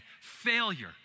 failure